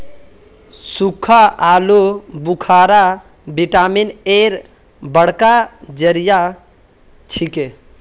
सुक्खा आलू बुखारा विटामिन एर बड़का जरिया छिके